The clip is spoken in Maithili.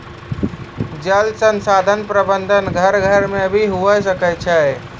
जल संसाधन प्रबंधन घर घर मे भी हुवै सकै छै